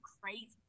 crazy